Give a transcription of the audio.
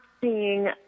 seeing